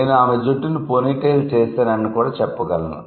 'నేను ఆమె జుట్టును పోనీటెయిల్ చేశాన'ని కూడా చెప్పగలను